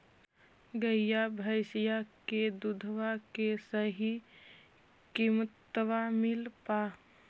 गईया भैसिया के दूधबा के सही किमतबा मिल पा?